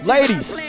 Ladies